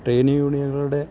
trade യൂണിയനുകളുടെ